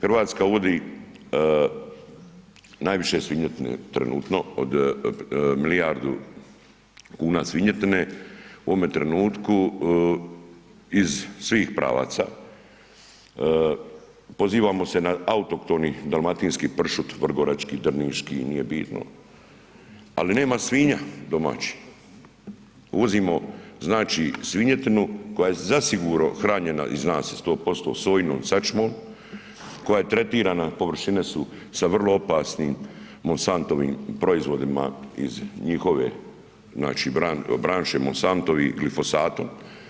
Hrvatska uvodi najviše svinjetine trenutno od milijardu kuna svinjetine u ovome trenutku iz svih pravaca, pozivamo se na autohtoni dalmatinski pršut, vrgorački, drniški nije bitno, ali nema svinja domaćih, uvozimo znači svinjetinu koja je zasigurno hranjena i zna se 100% sojinom sačmom koja je tretirana, površine su sa vrlo opasnim Monsantovim proizvodima iz njihove znači branše Monsantovih glifosata.